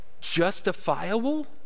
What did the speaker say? justifiable